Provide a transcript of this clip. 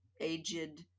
aged